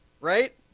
right